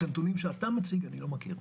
את הנתונים שאתה מציג אני לא מכיר.